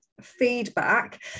feedback